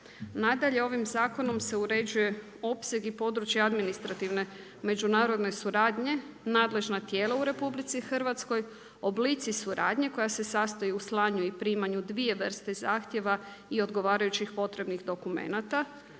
Nadalje ovim zakonom se uređuje opseg i područje administrativne, međunarodne suradnje, nadležna tijela u RH, oblici suradnje koja se sastoji u slanju i primanju dvije vrste zahtjeva i odgovarajućih potrebnih dokumenata.